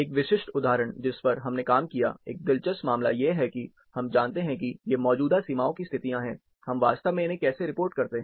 एक विशिष्ट उदाहरण जिसपर हमने काम किया एक दिलचस्प मामला यह है कि हम जानते हैं कि ये मौजूदा सीमाओं की स्थितियां है हम वास्तव में इन्हें कैसे रिपोर्ट करते हैं